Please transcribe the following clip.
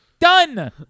Done